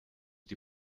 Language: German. die